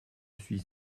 suis